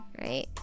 right